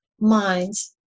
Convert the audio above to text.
minds